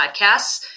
podcasts